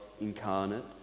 incarnate